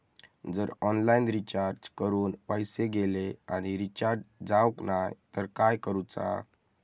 जर online recharge करून पैसे गेले आणि रिचार्ज जावक नाय तर काय करूचा?